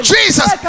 Jesus